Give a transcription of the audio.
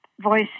voice